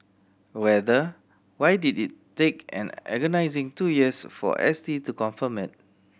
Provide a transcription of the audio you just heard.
rather why did it take an agonising two years for S T to confirm it